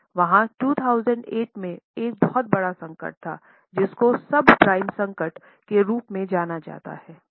वहां 2008 में बहुत बड़ा संकट था जिसको सबप्राइम संकट के रूप में जाना जाता है